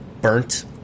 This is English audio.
burnt